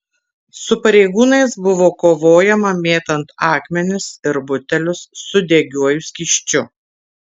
su pareigūnais buvo kovojama mėtant akmenis ir butelius su degiuoju skysčiu